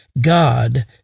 God